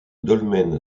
dolmen